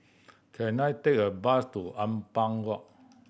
can I take a bus to Ampang Walk